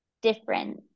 different